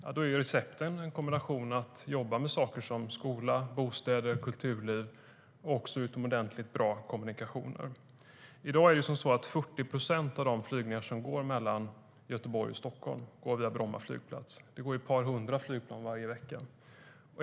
Receptet är att jobba med en kombination av saker som skola, bostäder, kulturliv och utomordentligt bra kommunikationer.I dag är det så att 40 procent av de flygningar som går mellan Göteborg och Stockholm går via Bromma flygplats. Det går ett par hundra flygningar varje vecka.